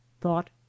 THOUGHT